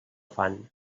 fan